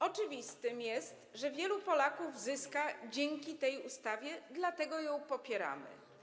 Oczywiste jest, że wielu Polaków zyska dzięki tej ustawie, dlatego ją popieramy.